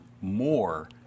more